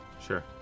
sure